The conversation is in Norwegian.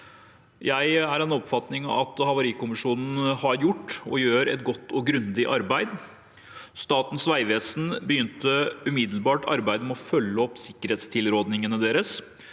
Jeg er av den oppfatning at havarikommisjonen har gjort og gjør et godt og grundig arbeid. Statens vegvesen begynte umiddelbart arbeidet med å følge opp sikkerhetstilrådingene deres.